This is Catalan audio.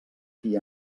qui